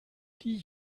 die